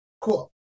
Cool